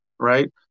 Right